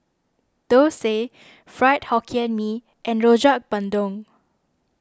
Dosa Fried Hokkien Mee and Rojak Bandung